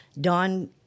Don—